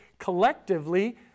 collectively